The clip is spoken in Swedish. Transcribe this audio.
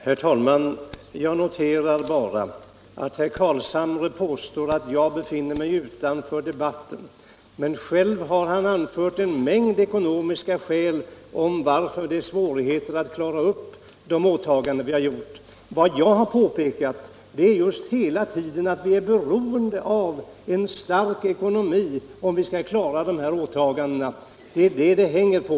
Herr talman! Jag noterar bara att herr Carlshamre påstår att jag befinner mig utanför debatten när jag diskuterar ekonomi, men själv har han anfört en mängd ekonomiska skäl för att det är svårt att klara upp de åtaganden vi har gjort. Vad jag har påpekat hela tiden är just att vi är beroende av en stark ekonomi för att kunna fullgöra åtagandena. Det är det som det hänger på.